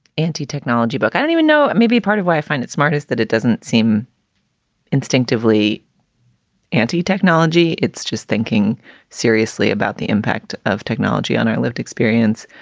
anti-technology, but i don't even know, maybe part of why i find it smart is that it doesn't seem instinctively anti-technology. it's just thinking seriously about the impact of technology on our lived experience.